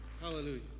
Hallelujah